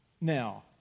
now